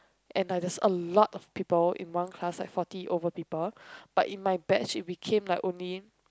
and there's like a lot of people in one class like forty over people but in my batch it became like only